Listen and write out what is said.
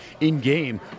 in-game